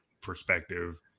perspective